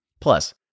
Plus